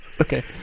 Okay